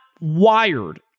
wired